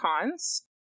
cons